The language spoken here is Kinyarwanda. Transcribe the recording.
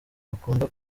bakunda